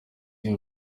gihe